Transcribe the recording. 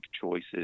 choices